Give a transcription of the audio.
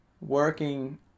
working